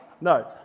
No